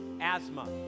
asthma